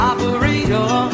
Operator